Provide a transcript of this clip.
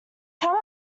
come